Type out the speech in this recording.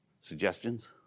Suggestions